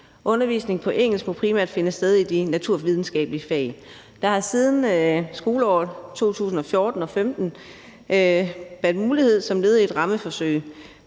Undervisningen på engelsk må primært finde sted i de naturvidenskabelige fag. Der har siden skoleåret 2014/15 været mulighed for det som led i et rammeforsøg.